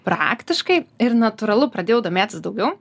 praktiškai ir natūralu pradėjau domėtis daugiau